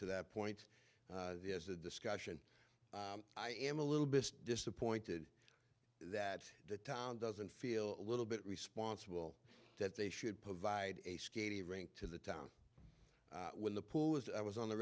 to that point there's a discussion i am a little bit disappointed that the town doesn't feel a little bit responsible that they should provide a skating rink to the town when the pool was i was on the